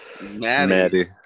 Maddie